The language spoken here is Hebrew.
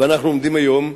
ואנחנו עומדים היום,